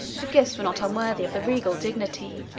her gifts were not unworthy of the regal dignity.